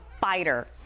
fighter